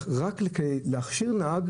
רק להכשיר נהג,